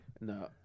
No